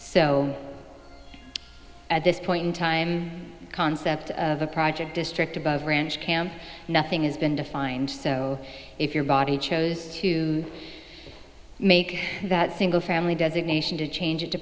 so at this point in time concept of a project district above ranch camp nothing has been defined so if your body chose to make that single family designation to change it to